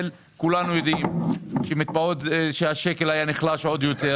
כולנו יודעים שהשקל היה נחלש עוד יותר.